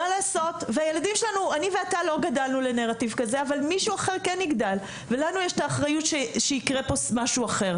אתה ואני לא גדלנו לנרטיב כזה וכנראה שגם ילדנו לא יגדלו אליו,